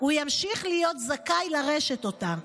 הוא ימשיך להיות זכאי לרשת אותה,